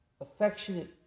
affectionate